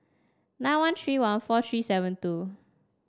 nine one three one four three seven two